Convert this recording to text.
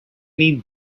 need